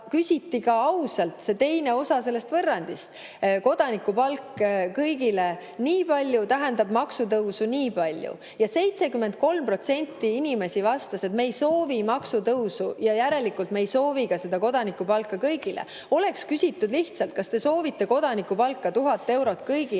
aga küsiti ka ausalt see teine osa sellest võrrandist: kodanikupalk kõigile nii palju tähendab maksutõusu nii palju. Ja 73% inimesi vastas, et me ei soovi maksutõusu ja järelikult me ei soovi seda kodanikupalka kõigile. Oleks küsitud lihtsalt, kas te soovite kodanikupalka 1000 eurot kõigile,